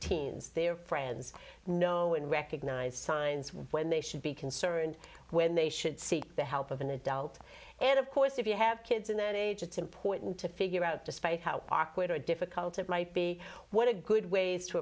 teens their friends know and recognize signs when they should be concerned when they should seek the help of an adult and of course if you have kids in that age it's important to figure out despite how awkward or difficult it might be what a good ways to